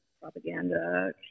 propaganda